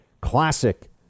Classic